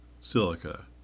Silica